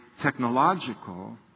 technological